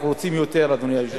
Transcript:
אנחנו רוצים יותר, אדוני היושב-ראש.